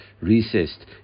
recessed